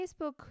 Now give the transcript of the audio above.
Facebook